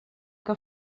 que